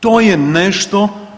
To je nešto.